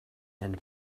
and